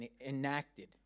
enacted